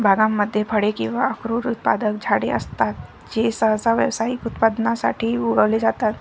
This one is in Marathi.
बागांमध्ये फळे किंवा अक्रोड उत्पादक झाडे असतात जे सहसा व्यावसायिक उत्पादनासाठी उगवले जातात